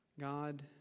God